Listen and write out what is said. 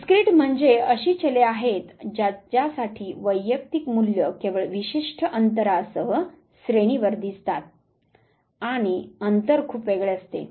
discrete म्हणजे अशी चले आहेत ज्यासाठी वैयक्तिक मूल्य केवळ विशिष्ट अंतरासह श्रेणीवर दिसतात आणि अंतर खूप वेगळे असते